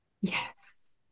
Yes